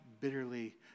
bitterly